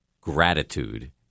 gratitude